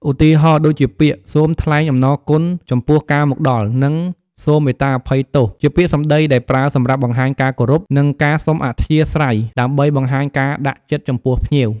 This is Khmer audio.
ឧទាហរណ៍ ដូចជាពាក្យ "សូមថ្លែងអំណរគុណចំពោះការមកដល់" និង "សូមមេត្តាអភ័យទោស" ជាពាក្យសម្តីដែលប្រើសម្រាប់បង្ហាញការគោរព និងការសុំអធ្យាស្រ័យ ដើម្បីបង្ហាញការដាក់ចិត្តចំពោះភ្ញៀវ